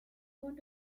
want